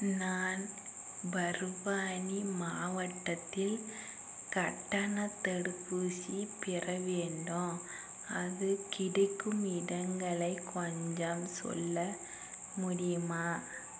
நான் பர்வானி மாவட்டத்தில் கட்டண தடுப்பூசி பெற வேண்டும் அது கிடைக்கும் இடங்களை கொஞ்சம் சொல்ல முடியுமா